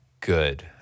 good